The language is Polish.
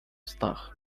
stach